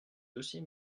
dossier